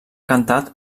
cantat